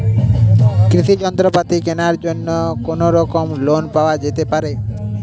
কৃষিযন্ত্রপাতি কেনার জন্য কোনোরকম লোন পাওয়া যেতে পারে?